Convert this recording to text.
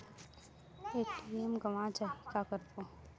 ATM गवां जाहि का करबो?